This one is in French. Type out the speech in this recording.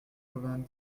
vingt